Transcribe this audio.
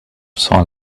soiled